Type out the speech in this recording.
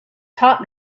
taught